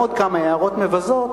עם עוד כמה הערות מבזות,